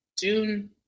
June